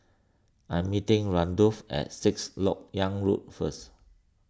I am meeting Randolph at Sixth Lok Yang Road first